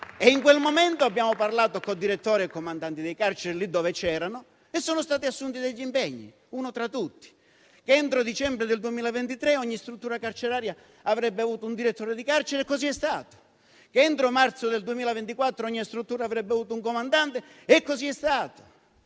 In quel momento abbiamo parlato con direttori e comandanti delle carceri lì dove c'erano e sono stati assunti degli impegni. Uno tra tutti, vi è l'impegno che entro dicembre del 2023 ogni struttura carceraria avrebbe avuto un direttore di carcere e così è stato; che entro marzo del 2024 ogni struttura avrebbe avuto un comandante e così è stato.